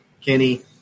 Kenny